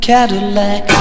Cadillac